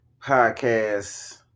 Podcast